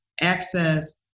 access